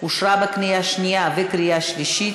אושרה בקריאה שנייה ובקריאה שלישית,